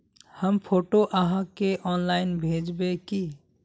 हम फोटो आहाँ के ऑनलाइन भेजबे की?